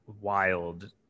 wild